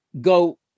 go